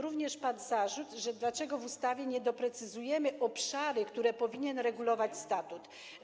Również padł zarzut, pytanie, dlaczego w ustawie nie doprecyzujemy obszarów, które powinien regulować statut.